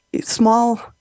small